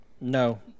No